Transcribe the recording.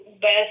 best